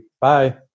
Bye